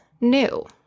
new